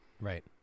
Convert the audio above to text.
Right